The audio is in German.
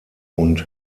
und